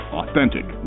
authentic